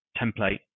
template